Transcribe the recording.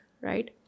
right